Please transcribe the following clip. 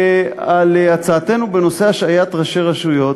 על הצעתנו בנושא השעיית ראשי רשויות.